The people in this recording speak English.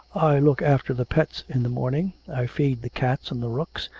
i look after the pets in the morning. i feed the cats and the rooks,